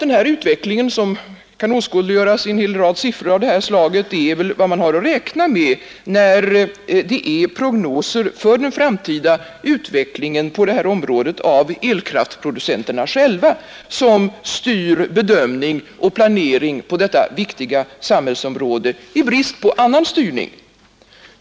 Denna utveckling, som kan åskådliggöras med en hel rad siffror av detta slag, är väl vad man har att räkna med när det är prognoser för den framtida utvecklingen av elkraftproducenterna själva som styr bedömning och planering på detta viktiga samhällsområde i brist på annan styrning.